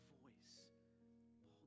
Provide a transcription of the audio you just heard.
voice